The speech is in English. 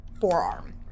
forearm